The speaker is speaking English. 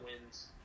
wins